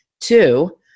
Two